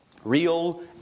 Real